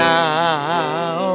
now